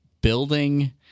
building